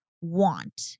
want